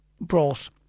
brought